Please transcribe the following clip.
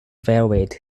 varied